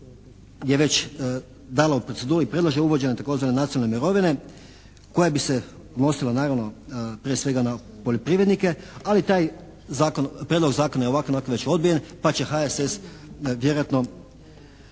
je već dala u proceduri i predlaže uvođenje tzv. nacionalne mirovine koja bi se odnosila naravno prije svega na poljoprivrednike, ali taj prijedlog zakona je ovako i onako već odbijen pa će HSS vjerojatno